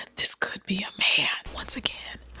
this could be a man. once again,